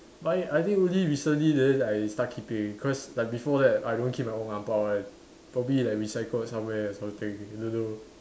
my I think only recently then I start keeping because like before that I don't keep my own ang bao one probably like recycling somewhere or something I don't know